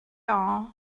are